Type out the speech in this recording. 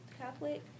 Catholic